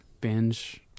binge